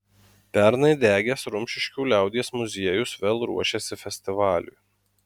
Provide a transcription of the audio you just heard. pernai degęs rumšiškių liaudies muziejus vėl ruošiasi festivaliui